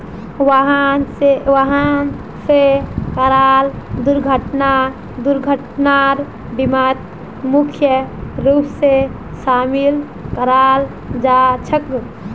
वाहन स कराल दुर्घटना दुर्घटनार बीमात मुख्य रूप स शामिल कराल जा छेक